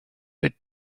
bit